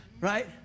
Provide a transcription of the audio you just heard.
Right